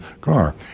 car